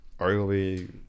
Arguably